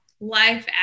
life